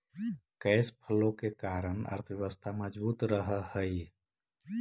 cash flow के कारण अर्थव्यवस्था मजबूत रहऽ हई